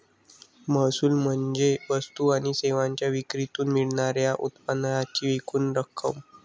महसूल म्हणजे वस्तू आणि सेवांच्या विक्रीतून मिळणार्या उत्पन्नाची एकूण रक्कम